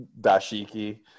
dashiki